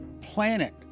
planet